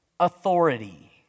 authority